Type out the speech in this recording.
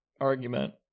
argument